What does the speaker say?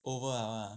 over liao lah